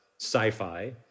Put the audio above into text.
sci-fi